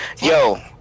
Yo